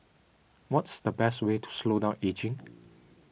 what's the best way to slow down ageing